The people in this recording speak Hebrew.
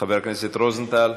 חבר הכנסת רוזנטל,